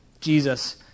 Jesus